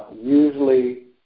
Usually